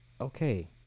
Okay